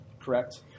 Correct